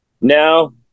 no